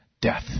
death